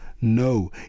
No